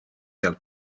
del